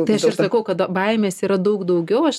tai aš ir sakau kada baimės yra daug daugiau aš